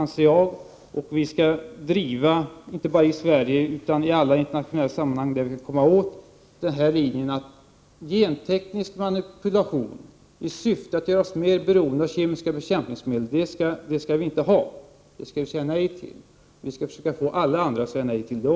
Vi skall driva linjen, inte bara i Sverige utan i alla internationella sammanhang, att genteknisk manipulation i syfte att göra oss mer beroende av kemiska bekämpningsmedel är något som vi inte skall ha utan som vi i stället säger nej till. Vi skall också försöka att få alla andra att säga nej till detta.